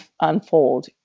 unfold